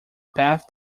path